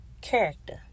character